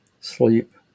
sleep